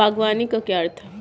बागवानी का क्या अर्थ है?